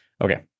okay